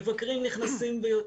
מבקרים נכנסים ויוצאים.